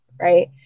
Right